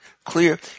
clear